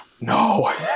no